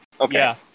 Okay